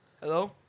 Hello